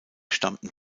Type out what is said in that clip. stammten